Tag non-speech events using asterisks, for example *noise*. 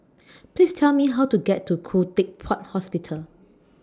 *noise* Please Tell Me How to get to Khoo Teck Puat Hospital